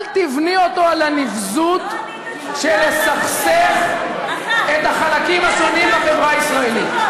אל תבני אותו על הנבזות של לסכסך בין החלקים השונים בחברה הישראלית.